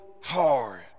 hard